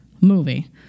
movie